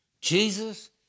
Jesus